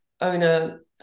owner